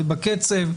ובקצב.